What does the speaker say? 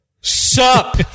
Sup